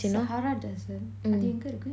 sahara desert அது எங்க இருக்கு:athu enga iruku